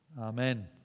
Amen